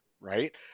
right